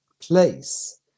place